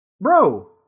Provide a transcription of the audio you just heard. Bro